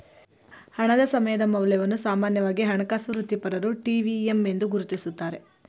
ಹಣದ ಸಮಯದ ಮೌಲ್ಯವನ್ನು ಸಾಮಾನ್ಯವಾಗಿ ಹಣಕಾಸು ವೃತ್ತಿಪರರು ಟಿ.ವಿ.ಎಮ್ ಎಂದು ಗುರುತಿಸುತ್ತಾರೆ